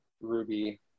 Ruby